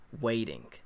waiting